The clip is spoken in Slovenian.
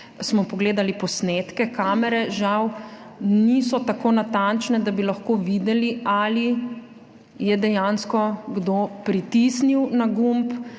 smo pogledali posnetke, kamere žal niso tako natančne, da bi lahko videli, ali je dejansko kdo pritisnil na gumb